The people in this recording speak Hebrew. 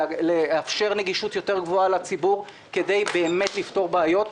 לאפשר נגישות גבוהה יותר לציבור כדי באמת לפתור בעיות.